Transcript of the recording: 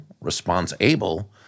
response-able